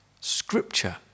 Scripture